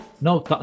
No